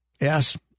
Yes